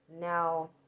Now